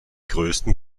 größten